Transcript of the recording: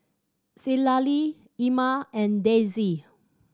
Citlalli Irma and Dessie